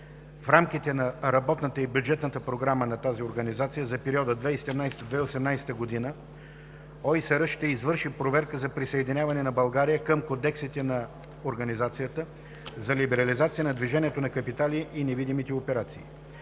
В рамките на работната и бюджетната програма на тази организация за периода 2017 – 2018 г. ОИСР ще извърши проверка за присъединяване на България към Кодексите на Организацията за либерализация на движенията на капитали и на невидимите операции.